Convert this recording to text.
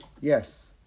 Yes